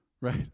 Right